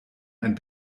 ein